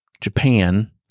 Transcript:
Japan